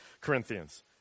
Corinthians